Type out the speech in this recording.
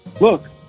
Look